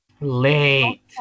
Late